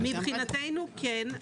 מבחינתנו כן.